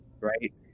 right